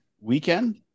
weekend